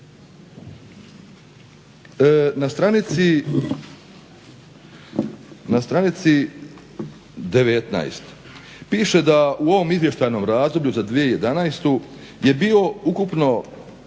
Na stranici 19 piše da u ovom izvještajnom razdoblju za 2011. je bio ukupno